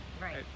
Right